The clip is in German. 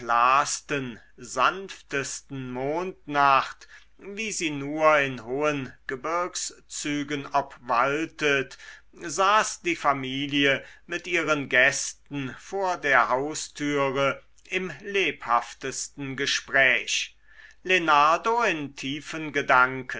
sanftesten mondnacht wie sie nur in hohen gebirgszügen obwaltet saß die familie mit ihren gästen vor der haustüre im lebhaftesten gespräch lenardo in tiefen gedanken